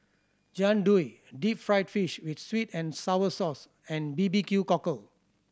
Jian Dui deep fried fish with sweet and sour sauce and B B Q Cockle